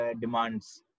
demands